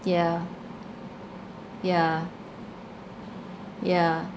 yeah yeah yeah